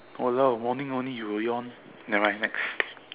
!walao! morning only you will yawn nevermind next